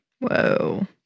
Whoa